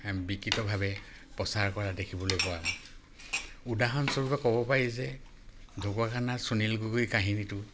বিকৃতভাৱে প্ৰচাৰ কৰা দেখিবলৈ পোৱা হয় উদাহৰণস্বৰূপে ক'ব পাৰি যে ঢকুৱাখানাৰ সুনীল গগৈ কাহিনীটো